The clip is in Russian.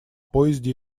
поезде